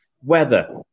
weather